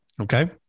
Okay